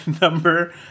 number